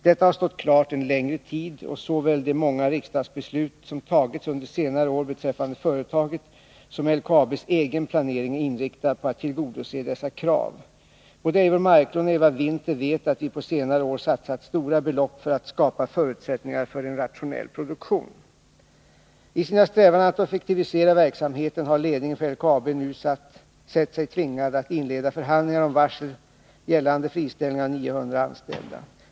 Detta har stått klart en längre tid, och såväl de många riksdagsbeslut som fattats under senare år beträffande företaget som LKAB:s egen planering är inriktade på att tillgodose dessa krav. Både Eivor Marklund och Eva Winther vet att vi på senare år satsat stora belopp för att skapa förutsättningar för en rationell produktion. I sina strävanden att effektivisera verksamheten har ledningen för LKAB nu sett sig tvingad att inleda förhandlingar om varsel gällande friställning av 900 anställda.